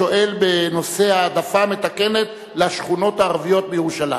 השואל בנושא: העדפה מתקנת לשכונות הערביות בירושלים.